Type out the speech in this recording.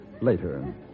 later